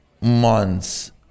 months